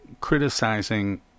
criticizing